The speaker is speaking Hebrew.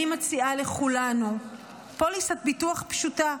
אני מציעה לכולנו פוליסת ביטוח פשוטה.